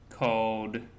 called